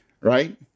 right